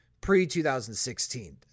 pre-2016